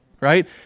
right